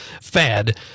fad